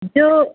जो